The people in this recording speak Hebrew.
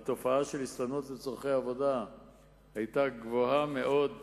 התופעה של הסתננות לצורכי עבודה היתה גבוהה מאוד בעבר,